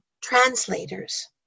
Translators